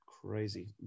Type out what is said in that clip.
crazy